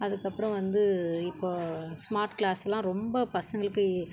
அதுக்கப்புறம் வந்து இப்போது ஸ்மார்ட் க்ளாஸெலாம் ரொம்ப பசங்களுக்கு